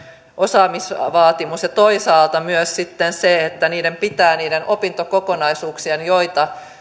osaamisvaatimus ja toisaalta myös sitten se että niiden opintokokonaisuuksien joita